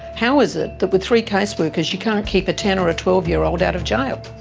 how is it that with three case workers you can't keep a ten or a twelve year old out of jail?